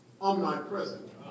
omnipresent